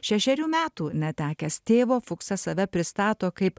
šešerių metų netekęs tėvo fuksas save pristato kaip